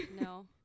No